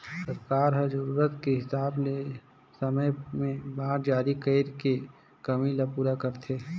सरकार ह जरूरत के हिसाब ले समे परे में बांड जारी कइर के कमी ल पूरा करथे